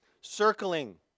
Circling